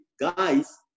guys